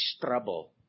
trouble